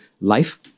life